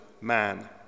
man